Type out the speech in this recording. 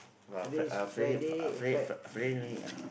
uh Fri~ uh Fri~ uh Fri~ uh Friday no need ah